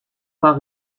pas